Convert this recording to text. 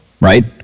right